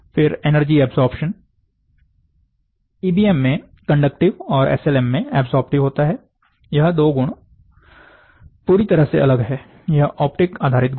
फिर energy absorption EBM में conductive और एसएलएम में एब्सॉर्प्टिव होता है यह दो गुण पूरी तरह से अलग हैं यह ऑप्टिक आधारित गुण है